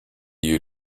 you